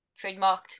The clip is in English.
Trademarked